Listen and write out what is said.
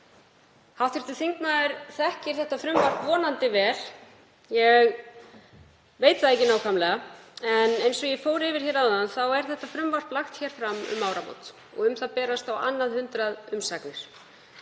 Hv. þingmaður þekkir þetta frumvarp vonandi vel. Ég veit það ekki nákvæmlega. En eins og ég fór yfir áðan er það lagt fram um áramót og um það berast á annað hundrað umsagnir.